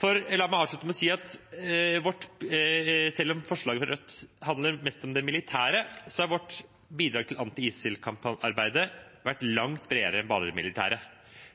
La meg avslutte med å si at selv om forslaget fra Rødt handler mest om det militære, har vårt bidrag til anti-ISIL-arbeidet vært langt bredere enn bare det militære.